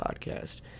Podcast